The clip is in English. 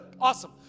awesome